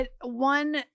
one